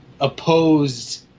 opposed